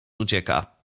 ucieka